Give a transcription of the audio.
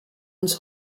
uns